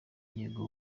yego